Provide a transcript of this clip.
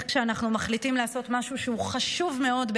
שכשאנחנו מחליטים לעשות ביחד משהו שהוא חשוב מאוד,